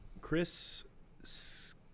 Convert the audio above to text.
Chris